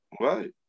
Right